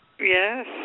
Yes